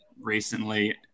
recently